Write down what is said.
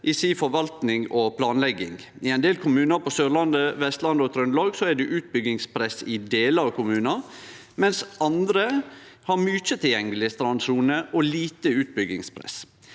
i si forvaltning og planlegging. I ein del kommunar på Sørlandet, på Vestlandet og i Trøndelag er det utbyggingspress i delar av kommunen, mens andre har mykje tilgjengeleg strandsone og lite utbyggingspress.